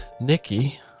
Nikki